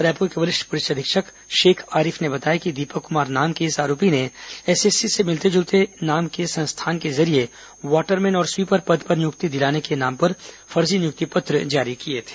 रायपुर के वरिष्ठ पुलिस अधीक्षक शेख आरिफ ने बताया कि दीपक कुमार नाम के इस आरोपी ने एस एससी से मिलते जुलते नाम के एक संस्थान के जरिये बाटर मैन और स्वीपर पद पर नियुक्ति दिलाने के नाम पर फर्जी नियुक्ति पत्र जारी किए थे